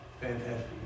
fantastic